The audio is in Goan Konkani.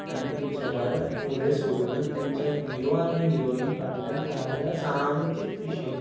आनी पिक्चरां फुडें सोडूनच तांच्या हिरो आनी हिरोईनी फाटल्यान जाल्यार सामकींच पिशीं